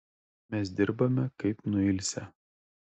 mes dirbame kaip nuilsę